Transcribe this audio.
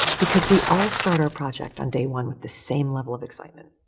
because we all start our project on day one with the same level of excitement.